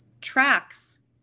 tracks